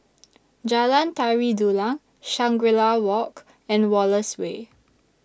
Jalan Tari Dulang Shangri La Walk and Wallace Way